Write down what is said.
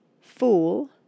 FOOL